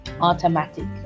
automatic